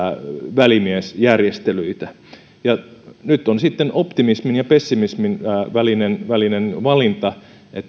välimiesjärjestelyitä ja nyt on sitten optimismin ja pessimismin välinen välinen valinta